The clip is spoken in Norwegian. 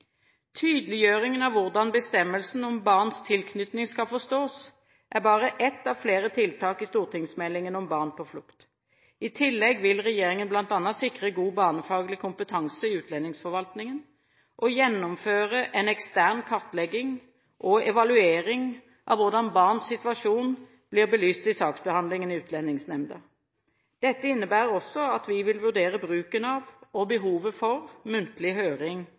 Tydeliggjøringen av hvordan bestemmelsen om barns tilknytning skal forstås, er bare ett av flere tiltak i stortingsmeldingen om barn på flukt. I tillegg vil regjeringen bl.a. sikre god barnefaglig kompetanse i utlendingsforvaltningen og gjennomføre en ekstern kartlegging og evaluering av hvordan barns situasjon blir belyst i saksbehandlingen i Utlendingsnemnda. Dette innebærer også at vi vil vurdere bruken av og behovet for muntlig høring